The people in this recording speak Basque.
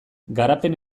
garapen